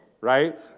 right